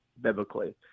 biblically